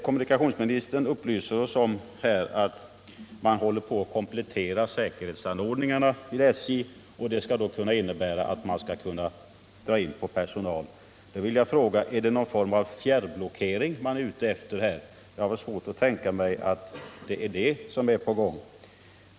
Kommunikationsministern upplyser i svaret om att man håller på att komplettera säkerhetsanordningarna, vilket innebär att man skall kunna dra in personal. Jag vill då fråga: Är det någon form av fjärrblockering man är ute efter? Jag har svårt att tänka mig att det är det som är på gång.